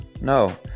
no